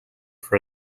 for